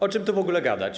O czym tu w ogóle gadać.